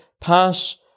pass